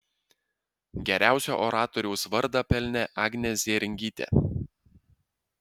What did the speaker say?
geriausio oratoriaus vardą pelnė agnė zėringytė